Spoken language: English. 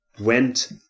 went